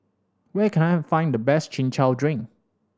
where can I find the best Chin Chow drink